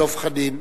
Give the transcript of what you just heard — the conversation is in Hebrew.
דב חנין.